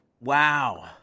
Wow